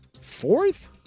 Fourth